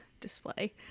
display